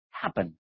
happen